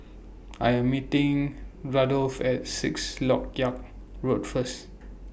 I Am meeting Randolph At Sixth Lok Yang Road First